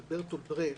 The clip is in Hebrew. של ברטולט ברכט,